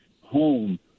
home